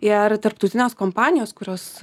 ir tarptautinės kompanijos kurios